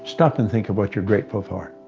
stop and think of what you're grateful for,